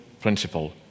principle